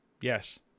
Yes